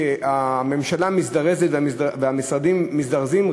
שהממשלה מזדרזת והמשרדים מזדרזים,